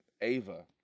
Ava